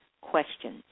questions